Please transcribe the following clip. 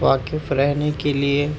واقف رہنے کے لیے